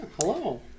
Hello